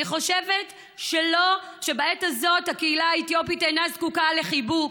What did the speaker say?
אני חושבת שבעת הזאת הקהילה האתיופית אינה זקוקה לחיבוק,